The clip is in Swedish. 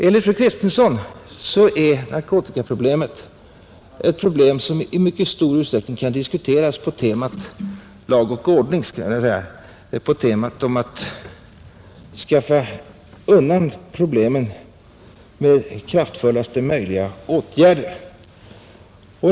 Enligt fru Kristensson kan narkotikaproblemet i mycket stor utsträckning diskuteras på temat lag och ordning, på temat att skaffa undan problemen med kraftfullaste möjliga åtgärder.